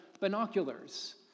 binoculars